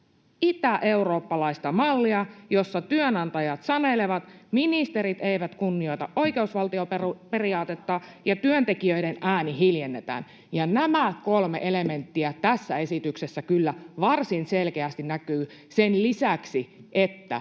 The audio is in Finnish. itäeurooppalaista mallia, jossa työnantajat sanelevat, ministerit eivät kunnioita oikeusvaltioperiaatetta ja työntekijöiden ääni hiljennetään. Nämä kolme elementtiä tässä esityksessä kyllä varsin selkeästi näkyvät — sen lisäksi, että